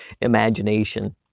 imagination